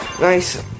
Nice